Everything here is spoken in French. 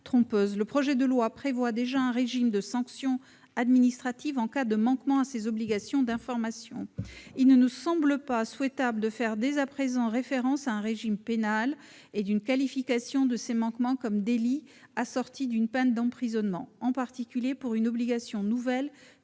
commission ? Le projet de loi prévoit déjà un régime de sanctions administratives en cas de manquements à ces obligations d'information. Il ne nous semble pas souhaitable de faire dès à présent référence à un régime pénal et à une qualification de ces manquements comme délits sanctionnés d'une peine d'emprisonnement, en particulier pour une obligation nouvelle